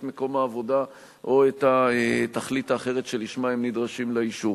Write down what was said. מקום העבודה או את התכלית האחרת שלשמה הם נדרשים לאישור.